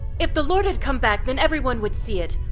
if the lord had come back, then everyone would see it.